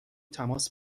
تماس